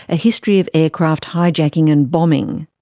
a history of aircraft hijacking and bombing.